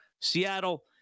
Seattle